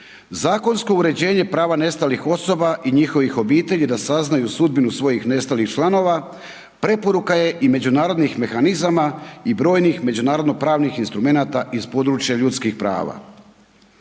Zakonsko uređenje prava nestalih osoba i njihovih obitelji da saznaju sudbinu svojih nestalih članova preporuka je i međunarodnih mehanizama i brojnih međunarodno pravnih instrumenata iz područja ljudskih prava.